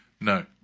No